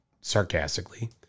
sarcastically